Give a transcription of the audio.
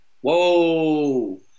Whoa